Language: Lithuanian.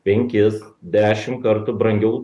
penkis dešimt kartų brangiau